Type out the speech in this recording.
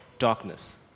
darkness